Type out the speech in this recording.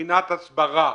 מבחינת הסברה